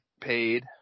paid